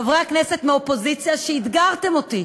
חברי הכנסת מהאופוזיציה, שאתגרתם אותי.